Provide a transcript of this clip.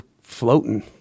floating